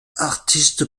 artiste